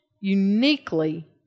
uniquely